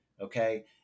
Okay